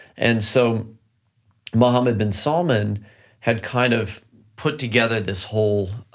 and so mohammed bin salman had kind of put together this whole,